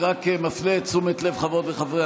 אני רק מפנה את תשומת לב חברות וחברי